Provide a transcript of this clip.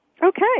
Okay